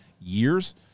years